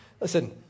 Listen